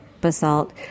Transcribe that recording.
basalt